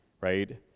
right